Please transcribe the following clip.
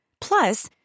Plus